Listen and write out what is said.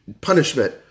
punishment